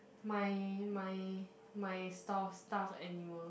my my my stores stuff animal